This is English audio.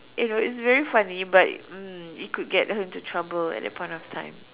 you know it's very funny but mm it could get her into trouble at that point of time